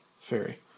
Fairy